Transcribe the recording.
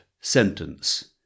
sentence